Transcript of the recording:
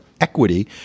equity